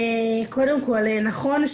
קודם כל נכון,